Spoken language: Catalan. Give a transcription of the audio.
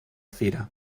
fira